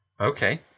Okay